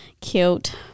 Cute